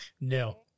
No